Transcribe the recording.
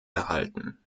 erhalten